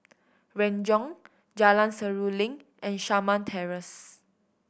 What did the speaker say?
Renjong Jalan Seruling and Shamah Terrace